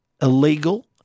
illegal